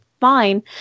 fine